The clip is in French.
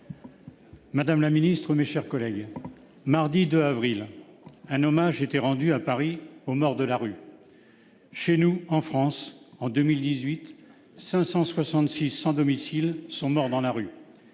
de la santé. Mardi dernier, le 2 avril, un hommage était rendu à Paris aux morts de la rue. Chez nous, en France, en 2018, 566 sans-domicile sont morts dans la rue.